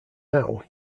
now